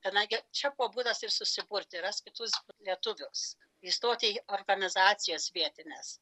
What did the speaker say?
kadangi čia buvo būdas ir susiburti rast kitus lietuvius įstotį į organizacijas vietines